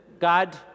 God